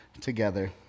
together